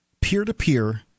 peer-to-peer